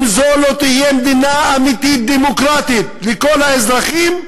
אם זו לא תהיה מדינה אמיתית דמוקרטית לכל האזרחים,